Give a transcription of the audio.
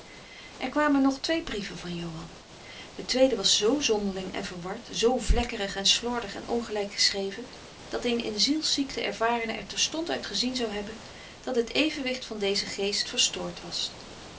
er kwamen nog twee brieven van johan de tweede was zoo zonderling en verward zoo vlekkerig en slordig en ongelijk geschreven dat een in zielsziekten ervarene er terstond uit gezien zou hebben dat het evenwicht van dezen geest verstoord was